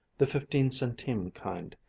the fifteen-centime kind,